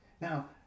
Now